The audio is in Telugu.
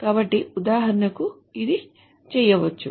కాబట్టి ఉదాహరణకు ఇది చేయవచ్చు